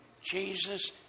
Jesus